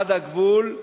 עד הגבול.